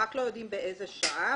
רק לא יודעים באיזו שעה,